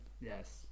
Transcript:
Yes